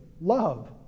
love